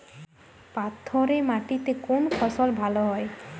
পাথরে মাটিতে কোন ফসল ভালো হয়?